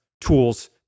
tools